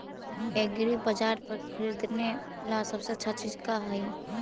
एग्रीबाजार पर खरीदने ला सबसे अच्छा चीज का हई?